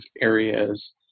areas